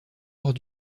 hors